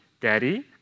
daddy